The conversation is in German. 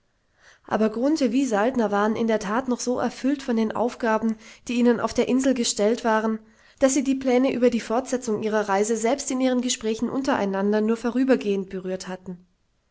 aber grunthe wie saltner waren in der tat noch so erfüllt von den aufgaben die ihnen auf der insel gestellt waren daß sie die pläne über die fortsetzung ihrer reise selbst in ihren gesprächen untereinander nur vorübergehend berührt hatten